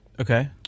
okay